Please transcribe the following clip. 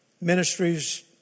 ministries